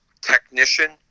technician